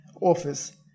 office